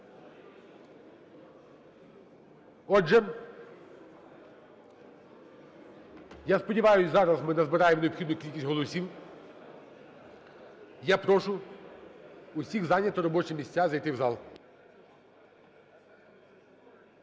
Отже, я сподіваюсь, зараз ми назбираємо необхідну кількість голосів. Я прошу усіх зайняти робочі місця, зайти в зал.